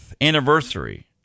anniversary